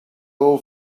all